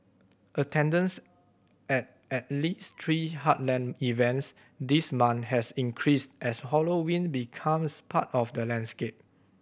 attendance at at least three heartland events this month has increased as Halloween becomes part of the landscape